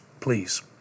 please